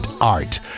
art